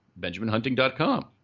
BenjaminHunting.com